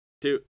two